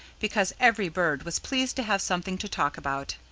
because every bird was pleased to have something to talk about.